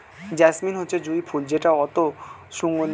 jasmine হচ্ছে জুঁই ফুল যেটা অতি সুগন্ধিত